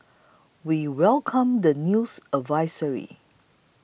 we welcomed the news advisory